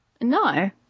No